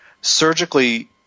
surgically